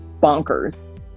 bonkers